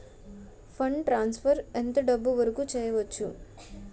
Fund transfer ఎంత డబ్బు వరుకు చేయవచ్చు?